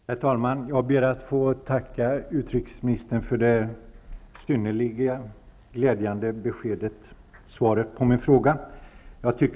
Herr talman! Jag ber att få tacka utrikesministern för det synnerligen glädjande beskedet i svaret på min fråga.